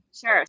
Sure